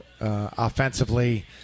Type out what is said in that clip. offensively